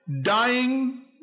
dying